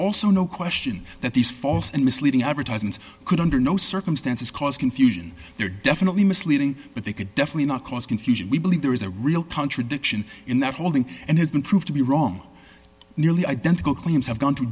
also no question that these false and misleading advertisement could under no circumstances cause confusion they're definitely misleading but they could definitely not cause confusion we believe there is a real contradiction in that whole thing and has been proved to be wrong nearly identical claims have gone t